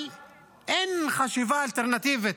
אבל אין חשיבה אלטרנטיבית,